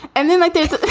and then like there's